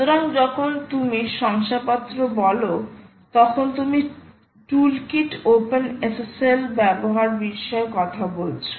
সুতরাং যখন তুমি শংসাপত্র বল তখন তুমি টুলকিট OpenSSL ব্যবহারের বিষয়ে কথা বলছো